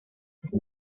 prague